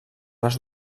les